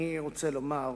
אני רוצה לומר,